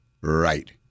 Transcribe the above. Right